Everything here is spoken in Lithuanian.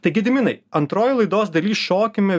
tai gediminai antroj laidos daly šokime